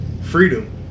freedom